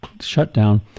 shutdown